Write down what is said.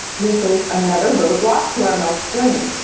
we face another roadblock to our milk's journey.